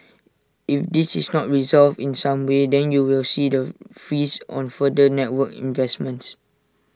if this is not resolved in some way then you will see the freeze on further network investments